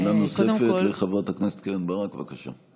שאלה נוספת לחברת הכנסת קרן ברק, בבקשה.